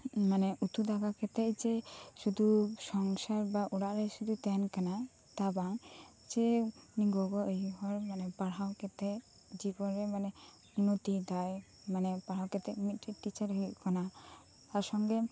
ᱢᱟᱱᱮ ᱩᱛᱩ ᱫᱟᱠᱟ ᱠᱟᱛᱮᱫ ᱡᱮ ᱥᱩᱫᱩ ᱥᱚᱝᱥᱟᱨ ᱵᱟ ᱚᱲᱟᱜ ᱨᱮ ᱥᱩᱫᱩ ᱛᱟᱦᱮᱸᱱ ᱠᱟᱱᱟ ᱛᱟ ᱵᱟᱝ ᱡᱮ ᱜᱚᱜᱚ ᱟᱭᱩ ᱦᱚᱲ ᱢᱟᱱᱮ ᱯᱟᱲᱦᱟᱣ ᱠᱟᱛᱮᱫ ᱡᱤᱵᱚᱱ ᱨᱮ ᱢᱟᱱᱮ ᱩᱱᱱᱚᱛᱤᱭ ᱮᱫᱟᱭ ᱢᱟᱱᱮ ᱯᱟᱲᱦᱟᱣ ᱠᱟᱛᱮᱫ ᱢᱤᱫᱴᱮᱡ ᱴᱤᱪᱟᱨᱮ ᱦᱩᱭᱩᱜ ᱠᱟᱱᱟ ᱛᱟᱨ ᱥᱚᱸᱜᱮ